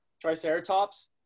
Triceratops